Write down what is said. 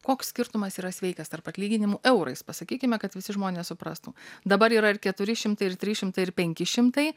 koks skirtumas yra sveikas tarp atlyginimų eurais pasakykime kad visi žmonės suprastų dabar yra ir keturi šimtai ir trys šimtai ir penki šimtai